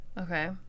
Okay